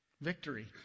Victory